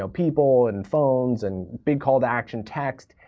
so people and phones and big call to action text.